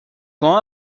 quand